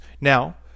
Now